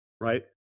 Right